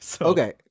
okay